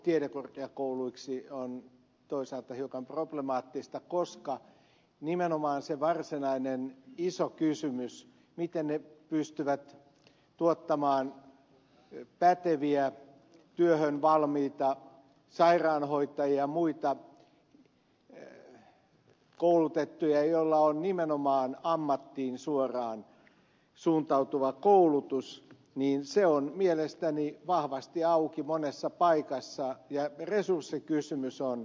ammattikorkeakoulujen halu tiedekorkeakouluiksi on toisaalta hiukan problemaattista koska nimenomaan se varsinainen iso kysymys miten ne pystyvät tuottamaan päteviä työhön valmiita sairaanhoitajia ja muita koulutettuja joilla on nimenomaan suoraan ammattiin suuntautuva koulutus on mielestäni vahvasti auki monessa paikassa ja resurssikysymys on huutava